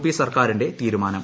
P സർക്കാരിന്റെ തീരുമാനം